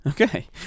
Okay